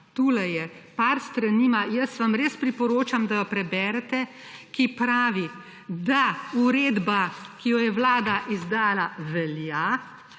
tule je, par strani ima, jaz vam res priporočam, da jo preberete, ki pravi, da uredba, ki jo je vlada izdala velja.